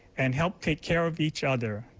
and help take care of each other,